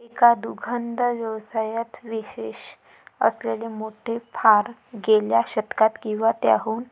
एकट्या दुग्ध व्यवसायात विशेष असलेले मोठे फार्म गेल्या शतकात किंवा त्याहून